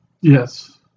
Yes